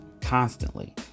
constantly